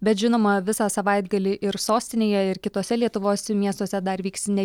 bet žinoma visą savaitgalį ir sostinėje ir kituose lietuvos miestuose dar vyks ne